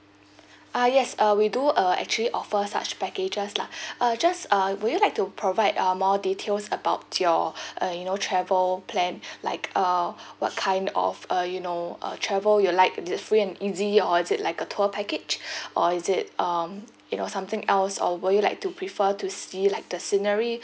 uh yes uh we do uh actually offer such packages lah uh just uh would you like to provide uh more details about your uh you know travel plan like uh what kind of uh you know uh travel you like the free and easy or is it like a tour package or is it um you know something else or would you like to prefer to see like the scenery